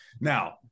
now